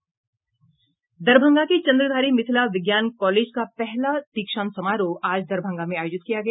दरभंगा के चंद्रधारी मिथिला विज्ञान कॉलेज का पहला दीक्षांत समारोह आज दरभंगा में आयोजित किया गया